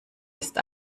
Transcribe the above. ist